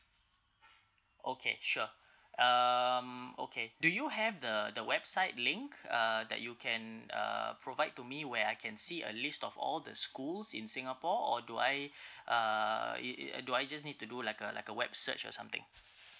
okay sure um okay do you have the the website link uh that you can uh provide to me where I can see a list of all the schools in singapore or do I uh it it uh do I just need to do like a like a web search or something